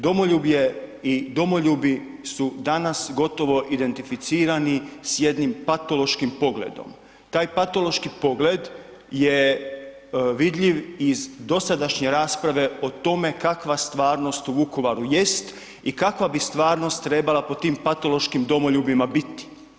Domoljub je i domoljubi su danas gotovo identificirani s jednim patološkim pogledom, taj patološki pogled je vidljiv iz dosadašnje rasprave o tome kakva stvarnost u Vukovaru jest i kakva bi stvarnost trebala po tim patološkim domoljubima biti.